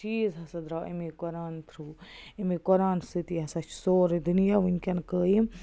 چیٖز ہَسا درٛاو اَمے قرآن تھرٛوٗ اَمے قرآن سۭتی ہَسا چھِ سورٕے دُنیا وٕنۍکٮ۪ن قٲیِم